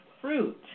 fruit